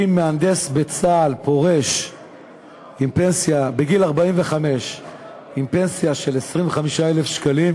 אם מהנדס בצה"ל פורש בגיל 45 עם פנסיה של 25,000 שקלים